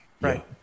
Right